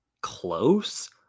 close